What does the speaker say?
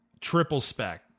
triple-spec